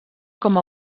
com